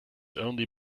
only